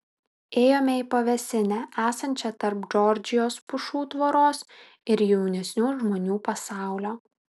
ėjome į pavėsinę esančią tarp džordžijos pušų tvoros ir jaunesnių žmonių pasaulio